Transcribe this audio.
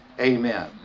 amen